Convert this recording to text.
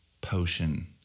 potion